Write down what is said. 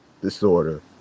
disorder